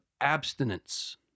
abstinence